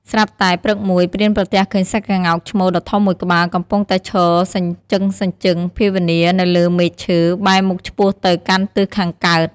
ស្រាប់តែព្រឹកមួយព្រានប្រទះឃើញក្ងោកឈ្មោលដ៏ធំមួយក្បាលកំពុងតែឈរសញ្ជប់សញ្ជឹងភាវនានៅលើមែកឈើបែរមុខឆ្ពោះទៅកាន់ទិសខាងកើត។